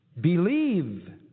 Believe